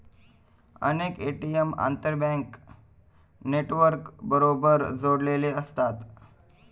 अनेक ए.टी.एम आंतरबँक नेटवर्कबरोबर जोडलेले असतात